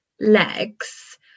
legs